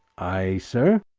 ay, sir.